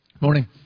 Morning